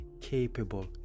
capable